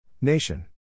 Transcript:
Nation